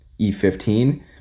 E15